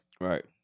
Right